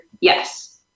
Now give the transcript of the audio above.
yes